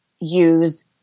use